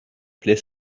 plaie